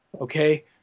Okay